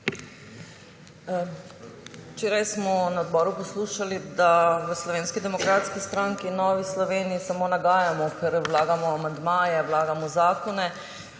Včeraj smo na odboru poslušali, da v Slovenski demokratski stranki in Novi Sloveniji samo nagajamo, ker vlagamo amandmaje, vlagamo zakone.